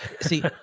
See